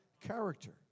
character